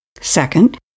Second